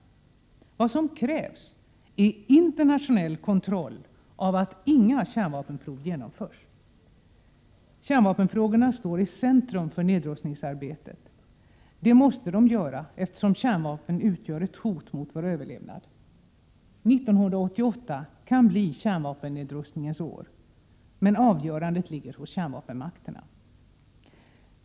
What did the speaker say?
Vad som krävs är internationell kontroll av att inga kärnvapenprov genomförs. Kärnvapenfrågorna står i centrum för nedrustningsarbetet. Det måste de göra, eftersom kärnvapen utgör ett hot mot vår överlevnad. 1988 kan bli kärnvapennedrustningens år. Avgörandet ligger hos kärnvapenmakterna.